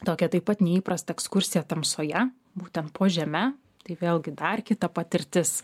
tokią taip pat neįprastą ekskursiją tamsoje būtent po žeme tai vėlgi dar kita patirtis